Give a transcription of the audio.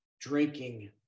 drinking